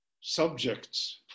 subjects